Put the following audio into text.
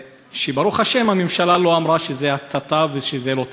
ברוך השם הממשלה לא אמרה שזה הצתה ושזה לא טרור,